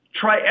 try